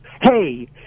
hey